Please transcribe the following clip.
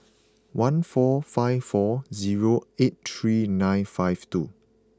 one four five four zero eight three nine five two